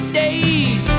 days